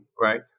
right